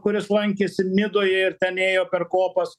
kuris lankėsi nidoje ir ten ėjo per kopas